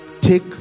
Take